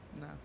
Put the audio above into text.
No